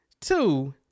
Two